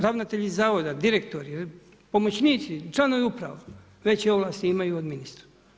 Ravnatelji zavoda, direktori, pomoćnici, članovi uprava, veće ovlasti imaju od ministra.